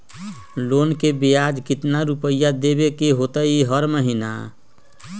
Loan के ब्याज कितना रुपैया देबे के होतइ हर महिना?